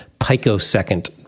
picosecond